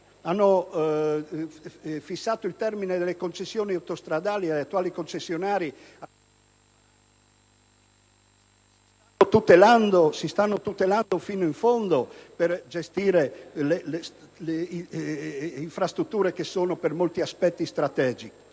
hanno fissato il termine delle concessioni autostradali agli attuali concessionari al 2040. Si stanno tutelando fino in fondo per gestire le infrastrutture, che sono per molti aspetti strategiche.